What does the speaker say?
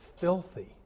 filthy